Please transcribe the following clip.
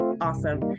awesome